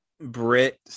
Brit